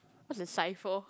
what's the